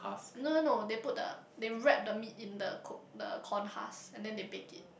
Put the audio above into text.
no no no they put the they wrap the meat in the cook the corn husks and then they baked it